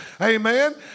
Amen